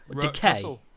Decay